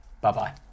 Bye-bye